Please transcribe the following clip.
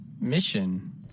mission